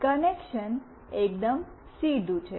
connection એકદમ સીધું છે